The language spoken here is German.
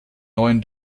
neun